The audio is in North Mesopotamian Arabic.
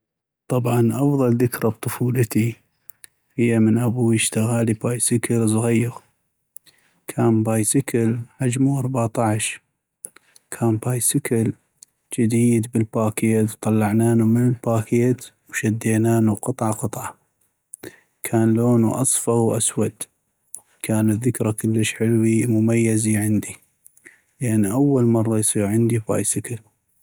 طبعاً أفضل ذكرى بطفولتي هي من ابوي اشتغالي بايسكل صغيغ ، كان بايسكل حجمو ١٤ ، كان بايسكل جديد بالباكيت طلعنانو من الباكيت وشدينانو قطعة قطعة ، كان لونو اصفغ واسود ، كانت ذكرى كلش حلوي ومميزي عندي لأن اول مرة يصيغ عندي بايسكل.